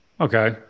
Okay